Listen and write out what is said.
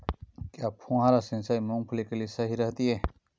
क्या फुहारा सिंचाई मूंगफली के लिए सही रहती है?